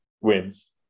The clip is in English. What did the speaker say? wins